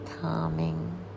calming